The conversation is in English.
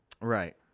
Right